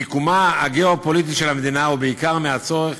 ממיקומה הגיאו-פוליטי של המדינה ובעיקר מהצורך